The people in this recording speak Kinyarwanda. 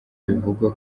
bivugwa